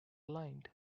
lined